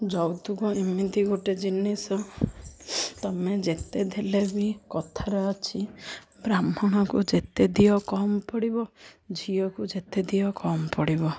ଯୌତୁକ ଏମିତି ଗୋଟେ ଜିନିଷ ତୁମେ ଯେତେ ଦେଲେ ବି କଥାରେ ଅଛି ବ୍ରାହ୍ମଣକୁ ଯେତେ ଦିଅ କମ୍ ପଡ଼ିବ ଝିଅକୁ ଯେତେ ଦିଅ କମ୍ ପଡ଼ିବ